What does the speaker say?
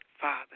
Father